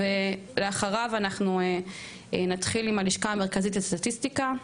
ולאחריו אנחנו נתחיל עם הלשכה המרכזית לסטטיסטיקה.